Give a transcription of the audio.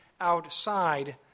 outside